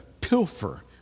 pilfer